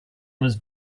was